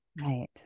Right